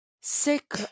sick